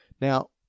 Now